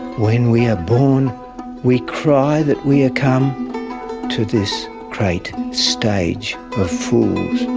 when we are born we cry that we are come to this great stage of fools